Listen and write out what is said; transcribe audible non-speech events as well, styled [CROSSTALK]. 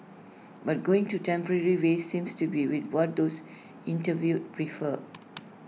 but going to temporary way seems to be we what those interviewed prefer [NOISE]